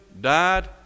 died